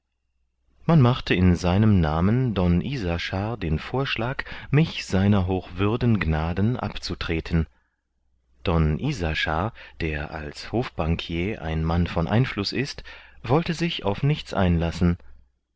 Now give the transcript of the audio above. man machte in seinem namen don isaschar den vorschlag mich sr hochwürden gnaden abzutreten don isaschar der als hofbankier ein mann von einfluß ist wollte sich auf nichts einlassen